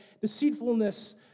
deceitfulness